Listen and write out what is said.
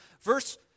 Verse